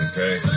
Okay